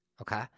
Okay